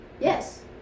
Yes